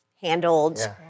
handled